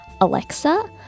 Alexa